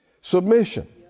Submission